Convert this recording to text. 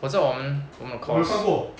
我知道我们我们的 course